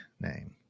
name